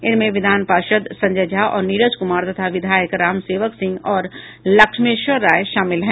इनमें विधान पार्षद् संजय झा और नीरज कुमार तथा विधायक रामसेवक सिंह और लक्ष्मेश्वर राय शामिल हैं